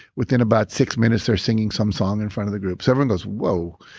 within about six minutes they're singing some song in front of the group so everyone goes, whoa!